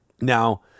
Now